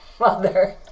mother